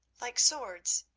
like swords.